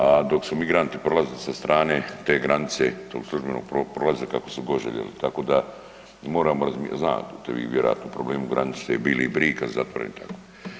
A dok su migranti prolazili sa strane te granice, tog službenog prolaza kako su god željeli tako da moramo, znate vi vjerojatno problem granice Bili Brig da je zatvoren i tako.